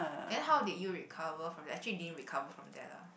then how did you recover from that actually didn't recover from that lah